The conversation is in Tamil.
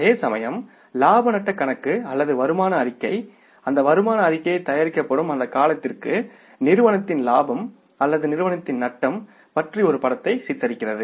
அதேசமயம் இலாப நட்டக் கணக்கு அல்லது வருமான அறிக்கை அந்த வருமான அறிக்கை தயாரிக்கப்படும் அந்தக் காலத்திற்கு நிறுவனத்தின் லாபம் அல்லது நிறுவனத்தின் நட்டம் பற்றிய ஒரு படத்தை சித்தரிக்கிறது